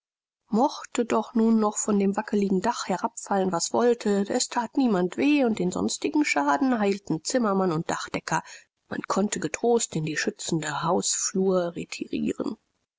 mochte doch nun noch von dem wackeligen dach herabfallen was wollte es that niemand weh und den sonstigen schaden heilten zimmermann und dachdecker man konnte getrost in die schützende hausflur retirieren